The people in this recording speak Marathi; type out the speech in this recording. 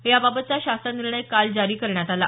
याबाबतचा शासन निर्णय काल जारी करण्यात आला